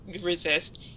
resist